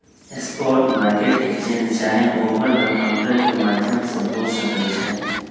spot market exchange चाहे over the counter के माध्यम से हो सकइ छइ